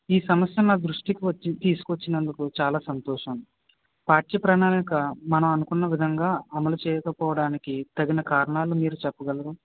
ఈ సమస్య నా దృష్టికి వచ్చి తీసుకొచ్చినందుకు చాల సంతోషం పాఠ్య ప్రణాళిక మనం అనుకున్న విధంగా అమలు చేయకపోవడానికి తగిన కారణాలు మీరు చెప్పగలరా